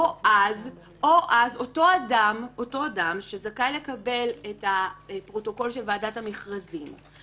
אותו אדם שזכאי לקבל את הפרוטוקול של ועדת המכרזים,